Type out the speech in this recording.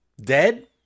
dead